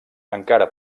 encara